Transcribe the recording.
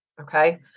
Okay